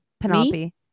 Penelope